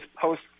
post